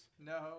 No